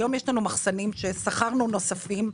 היום יש לנו מחסנים ושכרנו נוספים,